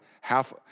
Half